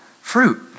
fruit